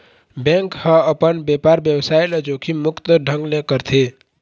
bank ह अपन बेपार बेवसाय ल जोखिम मुक्त ढंग ले करथे